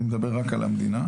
אני מדבר רק על המדינה.